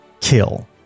kill